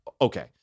okay